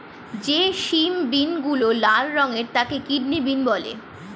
যে সিম বিনগুলো লাল রঙের তাকে কিডনি বিন বলে